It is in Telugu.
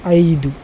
ఐదు